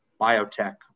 biotech